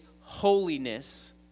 holiness